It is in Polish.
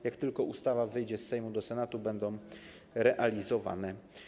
Jak tylko ustawa wyjdzie z Sejmu do Senatu, będą realizowane.